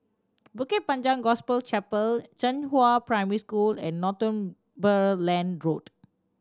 Bukit Panjang Gospel Chapel Zhenghua Primary School and Northumberland Road